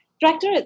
director